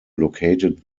located